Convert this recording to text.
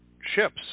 ships